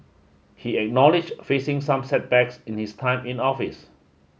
he acknowledged facing some setbacks in his time in office